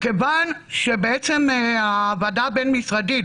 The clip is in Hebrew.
מכיוון שבעצם הוועדה הבין-משרדית,